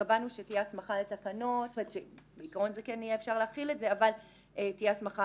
קבענו שבעיקרון אפשר יהיה להחיל את זה אבל תהיה הסמכה